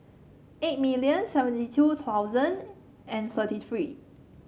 eight million seventy two thousand thirty three